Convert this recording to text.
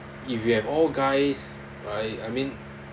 if you have all guys I I mean